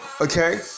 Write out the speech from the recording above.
okay